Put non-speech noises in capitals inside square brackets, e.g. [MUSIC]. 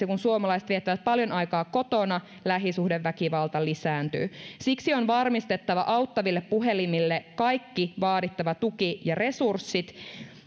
[UNINTELLIGIBLE] kun suomalaiset viettävät paljon aikaa kotona lähisuhdeväkivalta lisääntyy siksi on varmistettava auttaville puhelimille kaikki vaadittava tuki ja resurssit